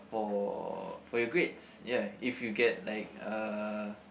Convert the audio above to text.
for for your grades ya if you get like uh